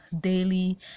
daily